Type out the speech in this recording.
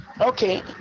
Okay